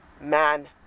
man